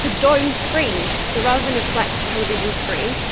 ah domed screen. so rather than a flat television screen,